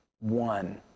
one